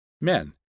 men